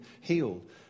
healed